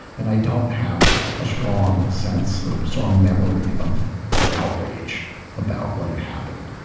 and i don't have a strong sense or strong memory of of outrage about what had happened,